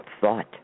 thought